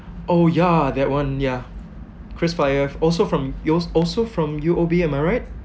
oh ya that one ya krisflyer also from yours also from U_O_B am I right